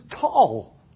tall